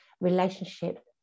relationship